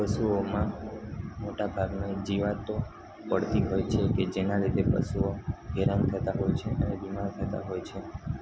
પશુઓમાં મોટા ભાગની જીવાતો પડતી હોય છે કે જેના લીધે પશુઓ હેરાન થતાં હોય છે અને બીમાર થતાં હોય છે